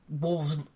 Wolves